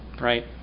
right